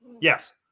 Yes